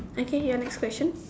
okay your next question